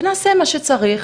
ונעשה את מה שצריך.